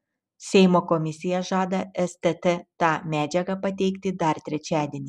seimo komisija žada stt tą medžiagą pateikti dar trečiadienį